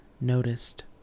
noticed